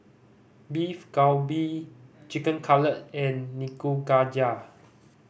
Beef Galbi Chicken Cutlet and Nikujaga